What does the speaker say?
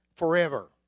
Forever